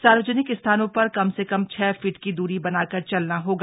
सार्वजनिक स्थानों पर कम से कम छह फीट की दूरी बनाकर चलना होगा